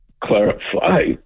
clarify